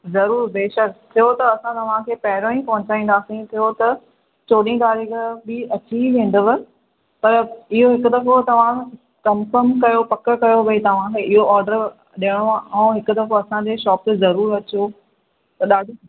ज़रूरु बेशक थियो त असां तव्हांखे पहिरियां ई पहुचाईंदासीं थियो त चोॾहिं तारीख़ बि अची ई वेंदव त इहो हिकु दफ़ो तव्हां कंफम कयो पक कयो भई तव्हांखे इहो ऑडर ॾियणो आहे ऐं हिकु दफ़ो असांजे शॉप ते ज़रूरु अचो त ॾाढी